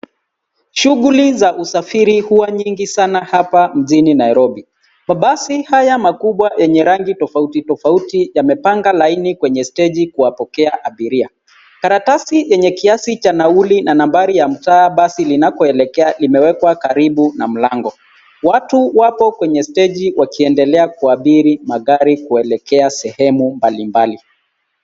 Shughuli za usafiri huwa nyingi sana hapa mjini Nairobi. Mabasi haya makubwa yenye rangi tofauti, tofauti yamepanga laini kwenye stage kuwapokea abiria. Karatasi yenye kiasi cha nauli na nambari ya mtaa basi linakoelekea limewekwa karibu na mlango. Watu wapo kwenye stage wakiendelea kuabiri magari kuelekea sehemu mbalimbali.